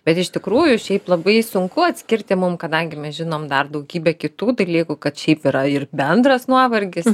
bet iš tikrųjų šiaip labai sunku atskirti mum kadangi mes žinom dar daugybę kitų dalykų kad šiaip yra ir bendras nuovargis